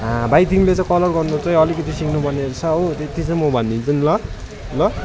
आ भाइ तिमीले चाहिँ कलर गर्नु चाहिँ अलिकति सिक्नुपर्ने रहेछ त्यति चाहिँ म भनिदिन्छु नि ल ल